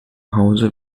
hause